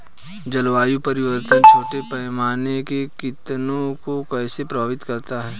जलवायु परिवर्तन छोटे पैमाने के किसानों को कैसे प्रभावित करता है?